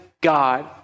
God